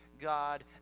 God